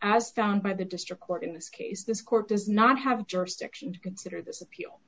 as found by the district court in this case this court does not have jurisdiction to consider this appeal